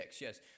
Yes